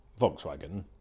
Volkswagen